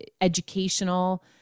educational